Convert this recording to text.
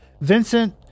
Vincent